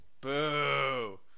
boo